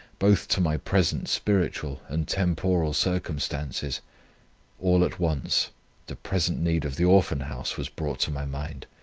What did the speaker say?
both to my present spiritual and temporal circumstances all at once the present need of the orphan-house was brought to my mind.